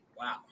Wow